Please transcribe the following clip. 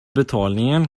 betalningen